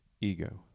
ego